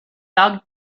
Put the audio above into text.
tugged